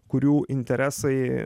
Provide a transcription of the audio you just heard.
kurių interesai